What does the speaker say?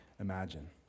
Imagine